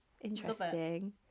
Interesting